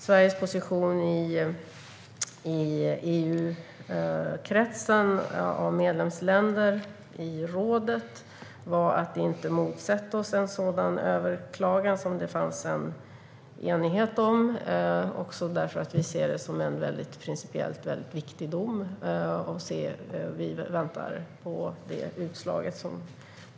Sveriges position i kretsen av EU:s medlemsländer i rådet var att inte motsätta oss en sådan överklagan, som det fanns enighet om. Vi ser det som en principiellt viktig dom, och vi väntar på utslaget.